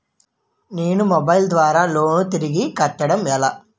నేను మొబైల్ ద్వారా లోన్ తిరిగి కట్టడం ఎలా?